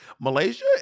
Malaysia